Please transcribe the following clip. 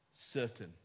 certain